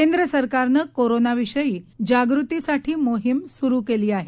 केंद्रसरकारनं कोरोनाविषयी जागृतीसाठी मोहीम सुरु केली आहे